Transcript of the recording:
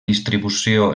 distribució